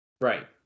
Right